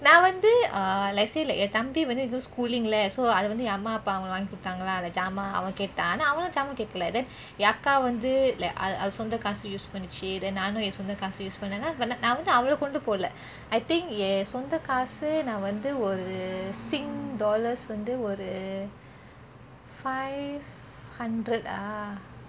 நான் வந்து:naan vanthu let's say என் தம்பி வந்து இன்னும்:en thambi vanthu innum schooling leh so அது வந்து என் அம்மா அப்பா அவங்க வாங்கி கொடுத்தாங்கலா அந்த ஜாமா அவன் கேட்டான் ஆனா அவனும் ஜாமா கேக்கேளே:athu vanthu en amma appa avenge vaangi kodutaangela antha jaama aven kettan aana avenum jaama kekeleh then என் அக்கா வந்து அது சொந்த காசு:en akka vanthu athu sonthe kaasu use பண்ணிச்சி:pannichi then நானும் என் சொந்த காசு:naanum sonthe kaasu use பண்ணே நான் வந்து அவளோ கொண்டு போலெ:panneh naan vanthu avelo kondu poleh I think என் சொந்த காசு நான் வந்து ஒரு:en sonthe kaasu naan vanthu oru sing dollars ஒரு:oru five hundred ah